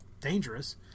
dangerous